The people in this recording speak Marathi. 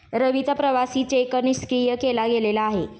रवीचा प्रवासी चेक निष्क्रिय केला गेलेला आहे